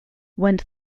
went